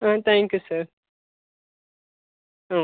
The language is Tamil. ah thank you sir ah